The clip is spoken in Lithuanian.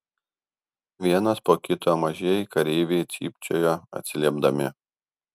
vienas po kito mažieji kareiviai cypčiojo atsiliepdami